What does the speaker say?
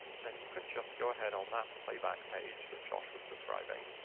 then you can just go ahead on that play-back page that josh was describing,